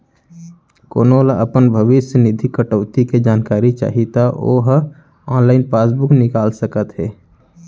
कोनो ल अपन भविस्य निधि कटउती के जानकारी चाही त ओ ह ऑनलाइन पासबूक निकाल सकत हे